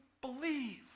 believe